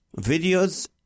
videos